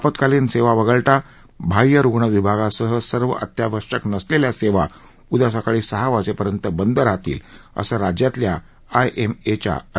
आपत्कालीन सेवा वगळता बाह्य रुग्ण विभागासह सर्व अत्यावश्यक नसलेल्या सेवा उद्या सकाळी सहा वाजेपर्यंत बंद राहतील असं राज्यातल्या आयएमएच्या अधिकृत सुत्रांनी सांगितलं